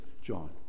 John